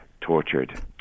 tortured